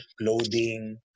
clothing